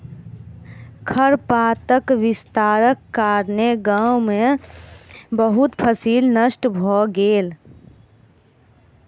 खरपातक विस्तारक कारणेँ गाम में बहुत फसील नष्ट भ गेल